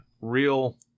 real